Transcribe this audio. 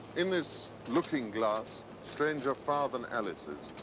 in this looking glass, stranger far than alice's,